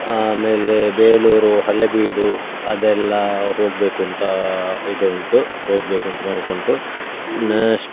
ಆಮೇಲೆ ಬೇಲೂರು ಹಳೇಬೀಡು ಅದೆಲ್ಲ ಹೋಗಬೇಕು ಅಂತ ಇದು ಉಂಟು ಹೋಗಬೇಕು ಅಂತ ಮನಸ್ಸುಂಟು ನೆಷ್